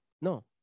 no